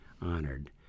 honored